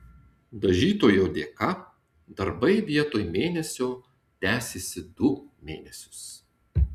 dažytojo dėka darbai vietoj mėnesio tęsėsi du mėnesius